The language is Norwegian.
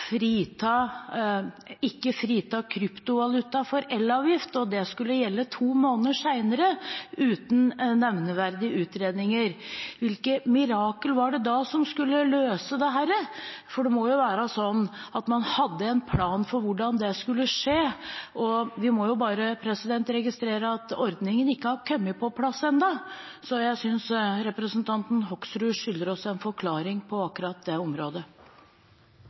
ikke å frita kryptovaluta for elavgift og det skulle gjelde to måneder senere uten nevneverdige utredninger. Hvilke mirakler var det da som skulle løse dette, for det må jo være sånn at man hadde en plan for hvordan det skulle skje? Vi må jo bare registrere at ordningen ikke har kommet på plass ennå, så jeg synes representanten Hoksrud skylder oss en forklaring på akkurat det.